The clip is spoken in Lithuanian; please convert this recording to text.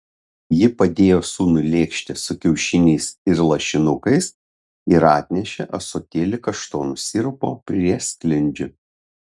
ji padėjo sūnui lėkštę su kiaušiniais ir lašinukais ir atnešė ąsotėlį kaštonų sirupo prie sklindžių